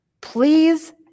Please